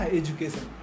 education